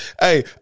Hey